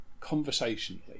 conversationally